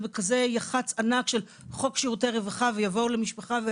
בכזה יח"צ ענק של חוק שירותי רווחה ויגידו למשפחה: